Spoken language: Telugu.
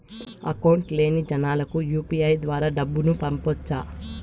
అకౌంట్ లేని జనాలకు యు.పి.ఐ ద్వారా డబ్బును పంపొచ్చా?